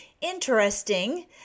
Interesting